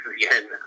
again